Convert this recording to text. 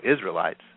Israelites